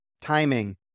timing